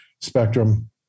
spectrum